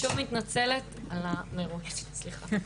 שוב אני מתנצלת על המרוץ, סליחה.